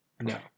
no